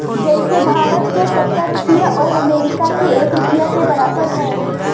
जइसे भारत क सत्तर रुपिया आउर अमरीका के एक रुपिया के बराबर हौ